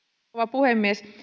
puhemies